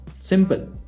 Simple